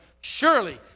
surely